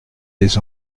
des